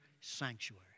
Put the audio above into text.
sanctuary